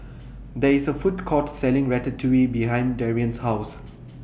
There IS A Food Court Selling Ratatouille behind Darrion's House